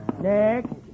Next